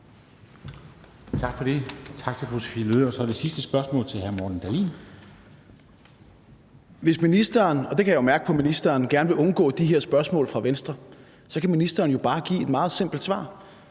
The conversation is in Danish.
på ministeren – gerne vil undgå de her spørgsmål fra Venstre, så kan ministeren bare give et meget simpelt svar.